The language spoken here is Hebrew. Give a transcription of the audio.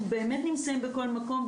אנחנו באמת נמצאים בכל מקום.